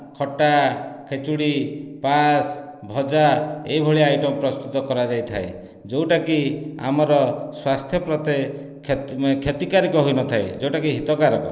ଖଟା ଖେଚୁଡ଼ି ପାୟସ ଭଜା ଏଭଳିଆ ଆଇଟମ ପ୍ରସ୍ତୁତ କରା ଯାଇଥାଏ ଯେଉଁଟାକି ଆମର ସ୍ୱାସ୍ଥ୍ୟ ପ୍ରତି କ୍ଷତି କ୍ଷତିକାରିକ ହୋଇ ନଥାଏ ଯେଉଁଟାକି ହିତକାରକ